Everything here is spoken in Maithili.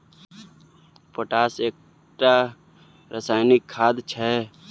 पोटाश एकटा रासायनिक खाद छै